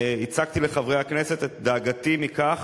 הצגתי לחברי הכנסת את דאגתי מכך